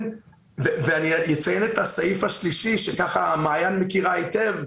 אני אציין את הסעיף השלישי שמעין ספיבק מכירה היטב.